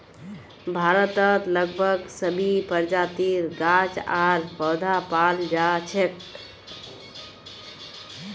भारतत लगभग सभी प्रजातिर गाछ आर पौधा पाल जा छेक